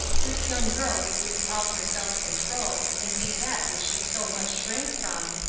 this young girl would lose all her self-control and be that which she so much shrank from,